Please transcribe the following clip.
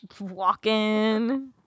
walking